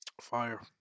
Fire